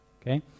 Okay